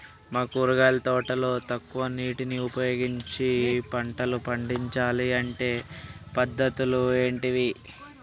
మా కూరగాయల తోటకు తక్కువ నీటిని ఉపయోగించి పంటలు పండించాలే అంటే పద్ధతులు ఏంటివి?